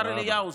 השר אליהו,